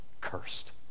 cursed